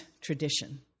tradition